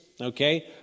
Okay